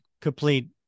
complete